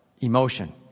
Emotion